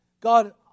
God